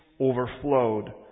overflowed